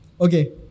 okay